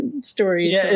stories